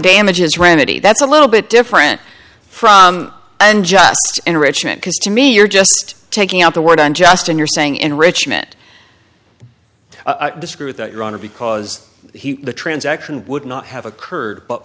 damages remedy that's a little bit different from and just because to me you're just taking out the word unjust and you're saying enrichment i disagree with that your honor because he the transaction would not have occurred but